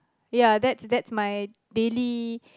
ya that's that's my daily